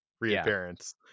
reappearance